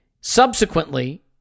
Subsequently